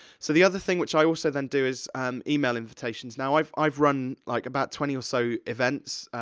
so the other thing, which i also then do, is um email invitations, now, i've, i've run, like, about twenty or so events,